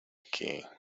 que